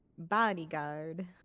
Bodyguard